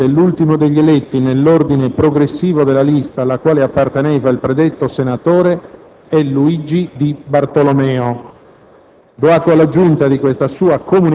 che il candidato che segue immediatamente l'ultimo degli eletti nell'ordine progressivo della lista alla quale apparteneva il predetto senatore è Luigi Di Bartolomeo.